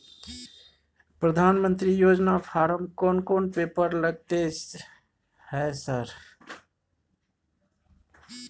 प्रधानमंत्री योजना फारम कोन कोन पेपर लगतै है सर?